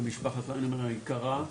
למשפחת קליינרמן היקרה.